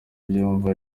ubyumva